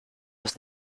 los